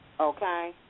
Okay